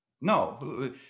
no